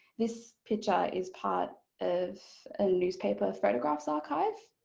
this picture is part of a newspaper photographs archive,